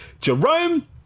Jerome